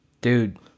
Dude